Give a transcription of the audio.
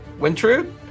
Wintrude